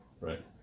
right